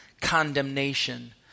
condemnation